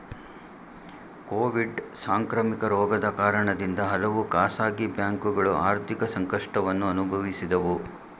Covid ಸಾಂಕ್ರಾಮಿಕ ರೋಗದ ಕಾರಣದಿಂದ ಹಲವು ಖಾಸಗಿ ಬ್ಯಾಂಕುಗಳು ಆರ್ಥಿಕ ಸಂಕಷ್ಟವನ್ನು ಅನುಭವಿಸಿದವು